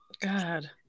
God